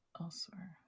elsewhere